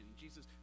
jesus